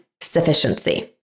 sufficiency